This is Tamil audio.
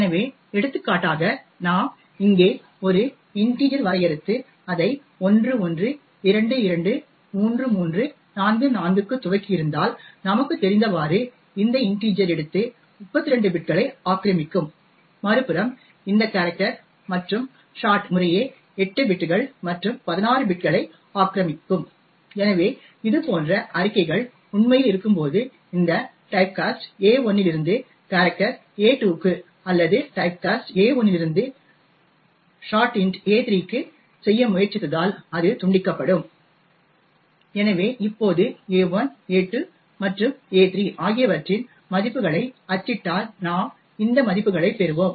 எனவே எடுத்துக்காட்டாக நாம் இங்கே ஒரு இன்டிஜெர் வரையறுத்து அதை 11223344 க்கு துவக்கியிருந்தால் நமக்குத் தெரிந்தவாறு இந்த இன்டிஜெர் எடுத்து 32 பிட்களை ஆக்கிரமிக்கும் மறுபுறம் இந்த கேரக்டர் மற்றும் ஷார்ட் முறையே 8 பிட்கள் மற்றும் 16 பிட்களை ஆக்கிரமிக்கும் எனவே இது போன்ற அறிக்கைகள் உண்மையில் இருக்கும்போது இந்த டைப்காஸ்ட் a1 இல் இருந்து கேரக்டர் a2 க்கு அல்லது டைப்காஸ்ட் a1 இல் இருந்து ஷார்ட் இன்ட் a3 க்கு செய்ய முயற்சித்ததால் அது துண்டிக்கப்படும் எனவே இப்போது a1 a2 மற்றும் a3 ஆகியவற்றின் மதிப்புகளை அச்சிட்டால் நாம் இந்த மதிப்புகளைப் பெறுவோம்